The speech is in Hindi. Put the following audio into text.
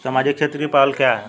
सामाजिक क्षेत्र की पहल क्या हैं?